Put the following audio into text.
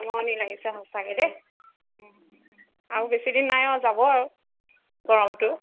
আমনি লাগিছে সঁচাকৈ দেই আৰু বেছি দিন নাই আৰু যাব আৰু গৰমটো